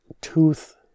tooth